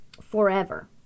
forever